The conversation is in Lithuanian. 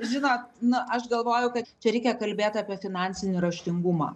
žinot na aš galvojau kad čia reikia kalbėt apie finansinį raštingumą